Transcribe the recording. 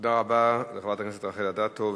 תודה רבה לחברת הכנסת רחל אדטו.